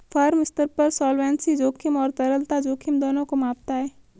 firm स्तर पर solvency जोखिम और तरलता जोखिम दोनों को मापता है